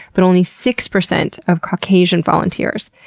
but only six percent of caucasian volunteers,